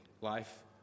Life